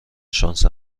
شانس